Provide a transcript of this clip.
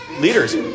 leaders